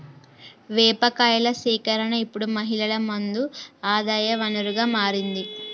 వేప కాయల సేకరణ ఇప్పుడు మహిళలు మంది ఆదాయ వనరుగా మారింది